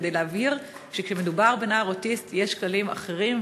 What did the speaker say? כדי להבהיר שכשמדובר בנער אוטיסט יש כללים אחרים,